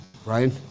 Ryan